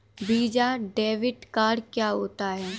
Visa debit card क्या होता है?